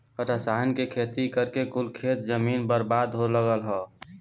रसायन से खेती करके कुल खेत जमीन बर्बाद हो लगल हौ